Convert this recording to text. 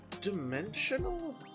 Dimensional